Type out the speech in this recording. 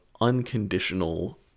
unconditional